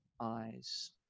eyes